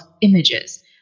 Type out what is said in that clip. images